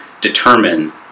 determine